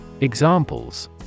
Examples